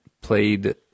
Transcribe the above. played